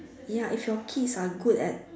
ya if your kids are good at